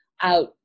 out